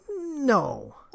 no